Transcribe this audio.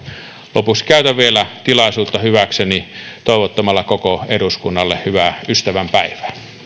lopuksi käytän vielä tilaisuutta hyväkseni toivottamalla koko eduskunnalle hyvää ystävänpäivää